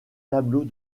tableaux